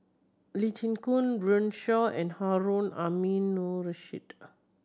Lee Chin Koon Runme Shaw and Harun Aminurrashid